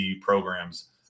programs –